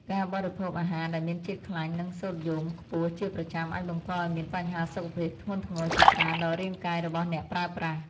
ការបរិភោគអាហារដែលមានជាតិខ្លាញ់ និងសូដ្យូមខ្ពស់ជាប្រចាំអាចបង្កឲ្យមានបញ្ហាសុខភាពធ្ងន់ធ្ងរជាច្រើនដល់រាងកាយរបស់អ្នកប្រើប្រាស់។